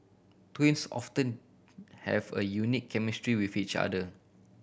twins often have a unique chemistry with each other